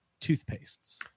toothpastes